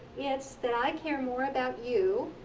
it's that i care more about you.